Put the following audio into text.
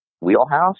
wheelhouse